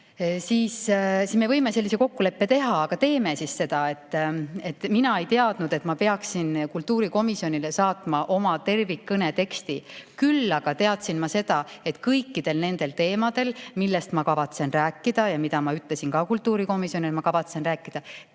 siis me võime sellise kokkuleppe teha. Aga teeme siis seda. Mina ei teadnud, et ma peaksin kultuurikomisjonile saatma oma tervikkõne teksti. Küll aga teadsin ma seda, et kõikidel nendel teemadel, millest ma kavatsen rääkida – ja ma ütlesin ka kultuurikomisjonile, et ma kavatsen rääkida